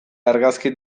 argazki